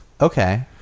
Okay